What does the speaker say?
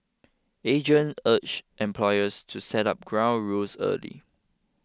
agent urged employers to set up ground rules early